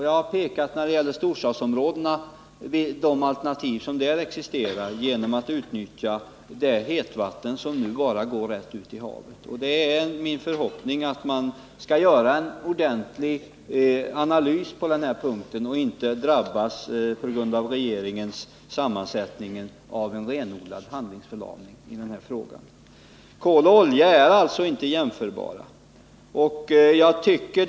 Jag har när det gäller storstadsområdena pekat på de alternativ som där existerar genom att man kan utnyttja det hetvatten som nu går bara rätt ut i havet. Min förhoppning är att man skall göra en ordentlig analys på denna punkt och inte, på grund av regeringens sammansättning, drabbas av en renodlad handlingsförlamning. Kol och olja är inte jämförbara ur hälsooch miljösynpunkt.